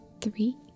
Three